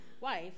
wife